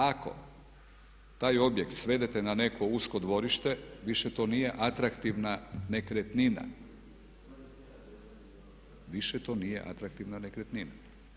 Ako taj objekt svedete na neko usko dvorište, više to nije atraktivna nekretnina, više to nije atraktivna nekretnina.